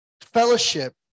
fellowship